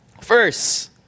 First